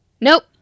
Nope